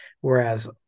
whereas